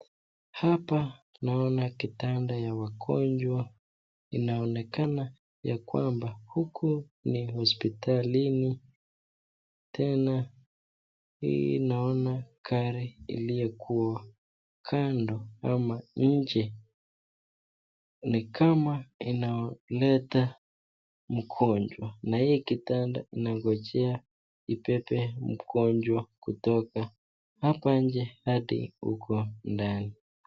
Hapa naona kitanda ya wagonjwa inaonekana ya kwamba huku ni hospitalini tena hii naona gari iliyowekwa kando ama nje ni kama inayoleta mgonjwa na hii kitanda inangojea ibebe mgonjwa kutoka hapa nje hadi huko ndani.